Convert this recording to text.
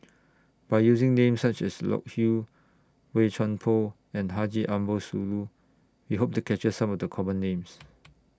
By using Names such as Loke Hew Boey Chuan Poh and Haji Ambo Sooloh We Hope to capture Some of The Common Names